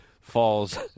falls